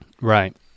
Right